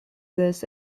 this